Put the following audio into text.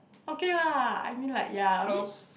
okay lah I mean like ya a bit